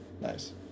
Nice